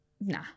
nah